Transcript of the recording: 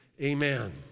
amen